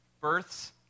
births